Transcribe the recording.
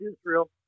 Israel